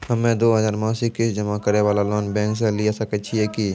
हम्मय दो हजार मासिक किस्त जमा करे वाला लोन बैंक से लिये सकय छियै की?